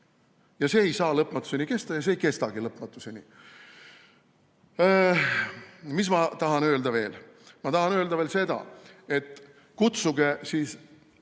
Ja see ei saa lõpmatuseni kesta ja see ei kestagi lõpmatuseni. Ma tahan öelda veel seda, et kutsuge siis